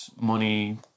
money